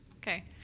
Okay